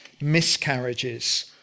miscarriages